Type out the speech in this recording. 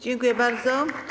Dziękuję bardzo.